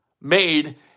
made